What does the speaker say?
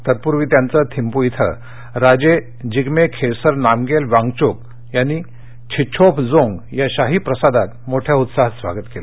तत्पूर्वी त्यांचं थिम्फू इथं राजे जिगमे खेसर नामग्येल वांगचुक यांनी छिच्छोफजोंग या शाही प्रासादात मोठ्या उत्साहात स्वागत केल